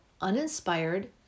uninspired